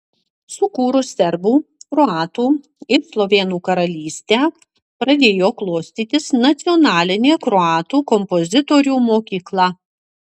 sukūrus serbų kroatų ir slovėnų karalystę pradėjo klostytis nacionalinė kroatų kompozitorių mokykla